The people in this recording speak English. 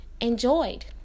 enjoyed